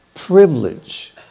Privilege